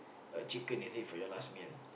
a chicken is it for your last meal